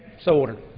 so ordered.